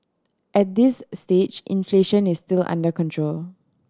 at this stage inflation is still under control